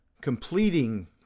completing